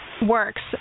works